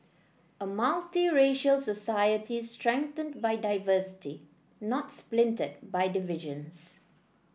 a multiracial society strengthened by diversity not splintered by divisions